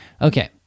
Okay